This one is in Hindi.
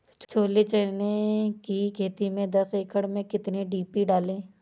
छोले चने की खेती में दस एकड़ में कितनी डी.पी डालें?